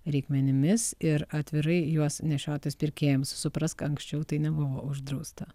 reikmenimis ir atvirai juos nešiotis pirkėjams suprask anksčiau tai nebuvo uždrausta